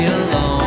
alone